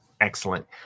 Excellent